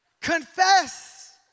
Confess